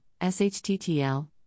SHTTL